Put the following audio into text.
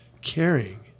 caring